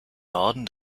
norden